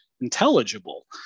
intelligible